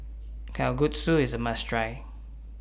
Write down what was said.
Kalguksu IS A must Try